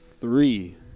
Three